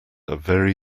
very